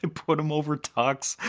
and put him over tux.